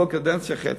כל קדנציה חצי.